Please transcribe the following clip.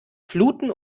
fluten